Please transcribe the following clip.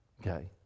Okay